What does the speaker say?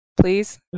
please